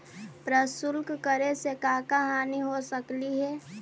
प्रशुल्क कर से का का हानि हो सकलई हे